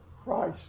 Christ